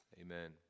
Amen